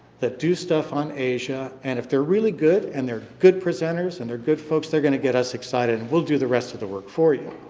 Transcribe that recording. that do stuff on asia. and if they're really good, and they're good presenters, and they're good folks, they're going to get us excited. and we'll do the rest of the work for you.